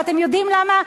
ואתם יודעים למה?